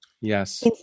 Yes